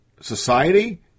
society